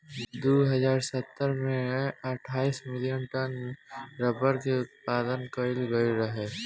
दू हज़ार सतरह में अठाईस मिलियन टन रबड़ के उत्पादन कईल गईल रहे